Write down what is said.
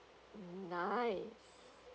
mm nice